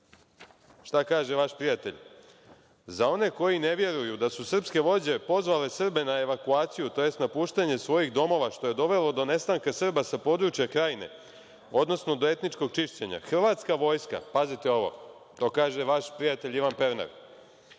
Šta kaže vaš prijatelj? „Za one koji ne vjeruju su srpske vođe pozvale Srbe na evakuaciju, tj. napuštanje svojih domova, što je dovelo do nestanka Srba sa područja Krajine, odnosno do etničkog čišćenja, hrvatska vojska“, pazite ovo, to kaže vaš prijatelj Ivan Pernar,